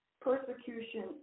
persecution